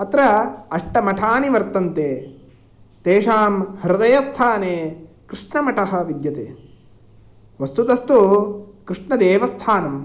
अत्र अष्टमठानि वर्तन्ते तेषां हृदयस्थाने कृष्णमठः विद्यते वस्तुतस्तु कृष्णदेवस्थानम्